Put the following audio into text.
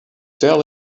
tell